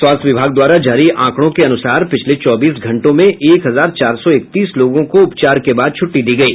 स्वास्थ्य विभाग द्वारा जारी आंकड़ों के अनुसार पिछले चौबीस घंटों में एक हजार चार सौ इकतीस लोगों को उपचार के बाद छुट्टी दी गयी